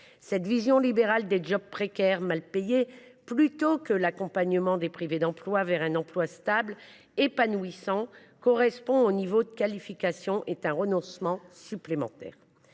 Cette vision libérale des jobs précaires mal payés, plutôt que l’accompagnement des privés d’emploi vers un emploi stable, épanouissant et correspondant à leur niveau de qualification, est un renoncement supplémentaire.